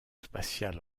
spatial